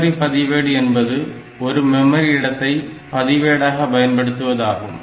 memory பதிவேடு என்பது ஒரு மெமரி இடத்தை பதிவேடாக பயன்படுத்துவது ஆகும்